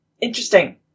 interesting